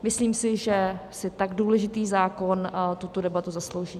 Myslím si, že si tak důležitý zákon tuto debatu zaslouží.